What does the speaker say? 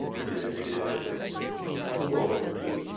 which is indicative of ah of a well run team.